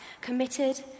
committed